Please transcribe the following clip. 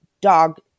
dog